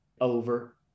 over